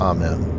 Amen